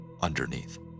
underneath